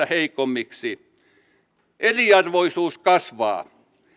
heikommiksi eriarvoisuus kasvaa